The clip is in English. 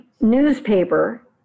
newspaper